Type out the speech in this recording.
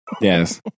Yes